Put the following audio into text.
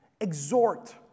Exhort